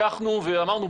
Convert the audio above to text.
לקחנו ואמרנו,